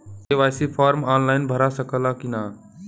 KYC form online भरा सकला की ना?